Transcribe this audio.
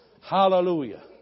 Hallelujah